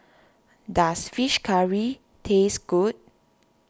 does Fish Curry taste good